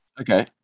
okay